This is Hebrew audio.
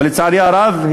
אבל לצערי הרב,